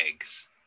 eggs